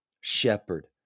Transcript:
shepherd